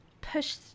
push